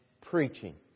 preaching